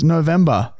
November